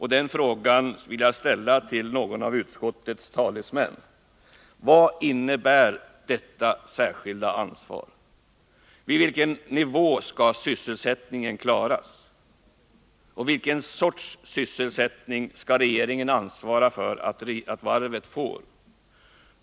Här vill jag fråga utskottets talesmän: Vad innebär detta särskilda ansvar? Vilken nivå skall gälla för att sysselsättningen skall kunna klaras? Vilken sorts sysselsättning skall regeringen ansvara för att varvet får?